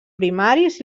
primaris